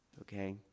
Okay